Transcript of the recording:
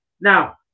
Now